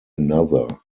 another